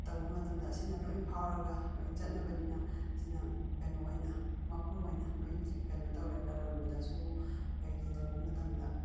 ꯇꯧꯕ ꯃꯇꯝꯗ ꯁꯤꯅ ꯂꯣꯏ ꯐꯥꯎꯔꯒ ꯂꯣꯏ ꯆꯠꯅꯕꯅꯤꯅ ꯁꯤꯅ ꯀꯩꯅꯣ ꯑꯣꯏꯅ ꯃꯄꯨꯝ ꯑꯣꯏꯅ ꯂꯣꯏ ꯀꯩꯅꯣ ꯇꯧꯔꯦ ꯂꯂꯣꯟꯕꯗꯁꯨ ꯀꯩꯀꯩ ꯇꯧꯕ ꯃꯇꯝꯗ